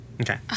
Okay